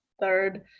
third